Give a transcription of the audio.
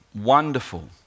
wonderful